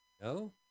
No